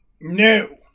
No